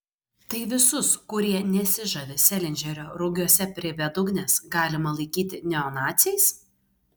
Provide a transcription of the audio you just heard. tai visus kurie nesižavi selindžerio rugiuose prie bedugnės galima laikyti neonaciais